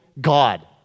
God